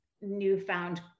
newfound